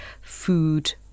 food